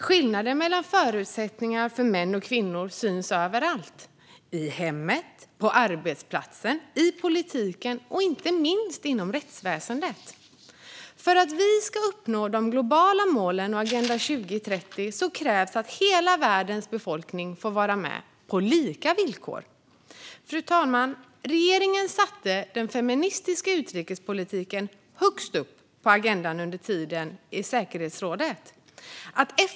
Skillnader mellan förutsättningarna för män och kvinnor syns överallt: i hemmet, på arbetsplatsen, i politiken och inte minst inom rättsväsendet. För att vi ska uppnå de globala målen och Agenda 2030 krävs det att hela världens befolkning får vara med på lika villkor. Fru talman! Regeringen satte den feministiska utrikespolitiken högst upp på agendan under tiden i säkerhetsrådet.